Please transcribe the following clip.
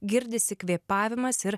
girdisi kvėpavimas ir